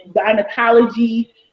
gynecology